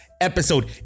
episode